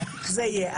זה יהיה.